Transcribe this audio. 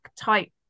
type